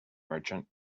merchant